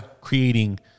creating